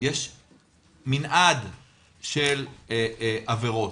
שיש מנעד של עבירות.